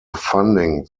funding